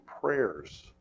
prayers